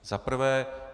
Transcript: Za prvé.